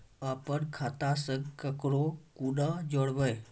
अपन खाता संग ककरो कूना जोडवै?